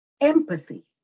empathy